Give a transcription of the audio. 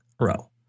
row